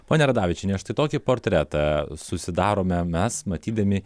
ponia radavičiene štai tokį portretą susidarome mes matydami